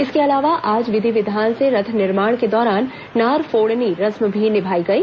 इसके अलावा आज विधि विधान से रथ निर्माण के दौरान नार फोड़नी रस्म भी निभाई गई